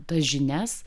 tas žinias